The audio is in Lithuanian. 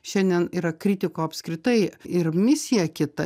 šiandien yra kritiko apskritai ir misija kita